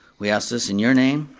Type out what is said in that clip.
we ask this in your name,